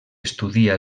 estudia